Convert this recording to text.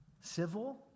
civil